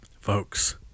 folks